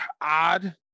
odd